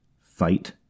fight